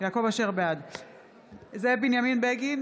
זאב בנימין בגין,